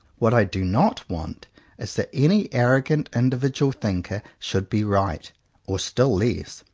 what i do not want is that any arrogant individual thinker should be right or, still less,